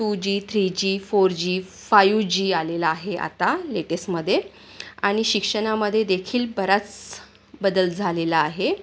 two G three G four G five G आलेला आहे आता लेटेसमध्ये आणि शिक्षनामध्ये देखील बराच बदल झालेला आहे